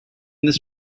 this